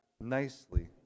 nicely